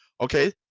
okay